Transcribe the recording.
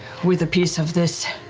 with a piece of this.